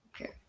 okay